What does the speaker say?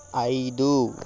ఐదు